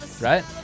right